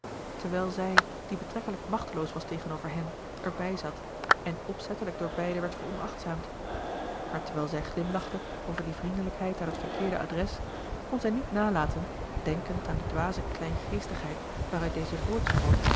terwijl zij die betrekkelijk machteloos was tegenover hen erbij zat en opzettelijk door beiden werd veronachtzaamd maar terwijl zij glimlachte over die vriendelijkheid aan het verkeerde adres kon zij niet nalaten denkend aan de dwaze kleingeestigheid waaruit deze voortsproot